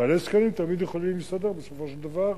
בעלי הזקנים תמיד יכולים להסתדר, בסופו של דבר.